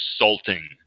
insulting